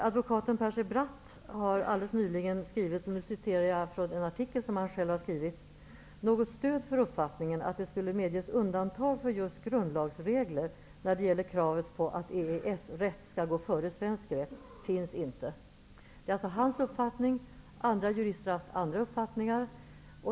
Advokaten Percy Bratt har alldeles nyligen skrivit i en artikel: ''Något stöd för uppfattningen att det skulle medges undantag för just grundlagsregler när det gäller kravet på att EES-rätt skall gå före svensk rätt finns inte.'' Det är alltså hans uppfattning. Andra jurister har haft andra uppfattningar.